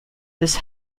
this